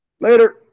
Later